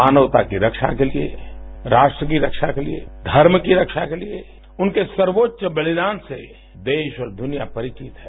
मानवता की रक्षा के लिए राष्ट्र की रक्षा के लिए धर्म की रक्षा के लिए उनके सर्वोच्च बलिदान से देश और दुनिया परिचित है